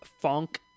funk